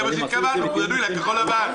לזה התכוונתי, זה בנוי לכחול לבן,